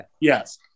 Yes